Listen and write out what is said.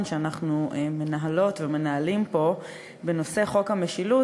שאנחנו מנהלות ומנהלים פה בנושא חוק המשילות,